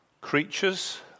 creatures